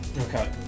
Okay